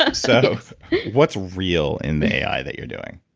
ah so what's real in the ai that you're doing?